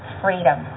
freedom